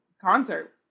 concert